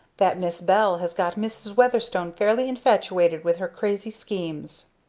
that miss bell has got mrs. weatherstone fairly infatuated with her crazy schemes.